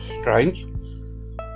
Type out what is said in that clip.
Strange